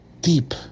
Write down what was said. deep